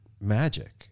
magic